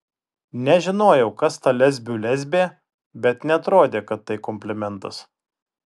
nežinojau kas ta lesbių lesbė bet neatrodė kad tai komplimentas